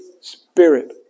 spirit